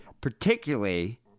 particularly